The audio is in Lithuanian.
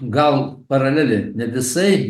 gal paralelė ne visai